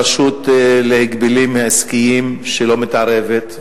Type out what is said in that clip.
הרשות להגבלים עסקיים שלא מתערבת,